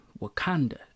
Wakanda